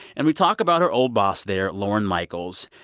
and we talk about her old boss there, lorne michaels.